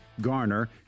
Garner